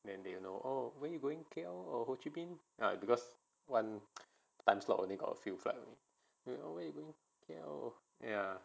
then they you know where you going K_L or ho chi minh because one time slot only got a few flight only oh where you going ya